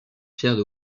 pierres